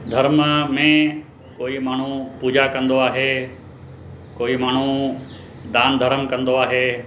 धर्म में कोई माण्हू पूॼा कंदो आहे कोई माण्हू दान धर्म कंदो आहे